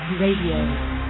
Radio